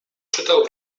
czytał